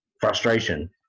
frustration